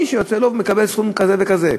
מי שהוא יוצא לוב מקבל סכום כזה וכזה.